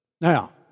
Now